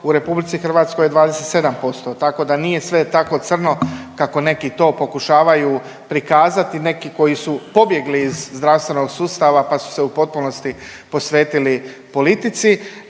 EU je 21%, u RH je 27% tako da nije sve tako crno kako neki to pokušavaju prikazati, neki koji su pobjegli iz zdravstvenog sustava pa su se u potpunosti posvetili politici.